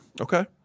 Okay